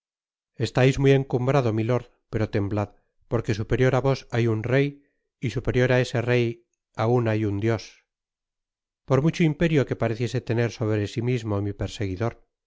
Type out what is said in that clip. estais muy encambrado milord pero tembtad porque superior á vos hay un rey y superior á ese rey aun hay un dios i por mucho imperio que pareciese tener sobre si mismo mi perseguidor